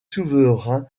souverains